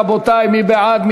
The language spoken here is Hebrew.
רבותי, מי בעד?